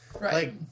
right